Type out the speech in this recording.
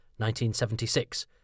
1976